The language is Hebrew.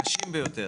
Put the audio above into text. את הקשים ביותר.